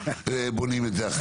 היינו בונים את זה אחרת.